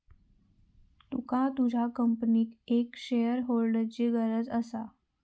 तुका तुझ्या कंपनीक एक शेअरहोल्डरची गरज असा